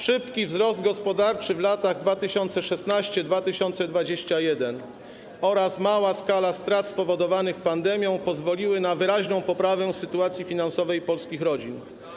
Szybki wzrost gospodarczy w latach 2016-2021 oraz mała skala strat spowodowanych pandemią pozwoliły na wyraźną poprawę sytuacji finansowej polskich rodzin.